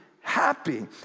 happy